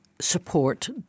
support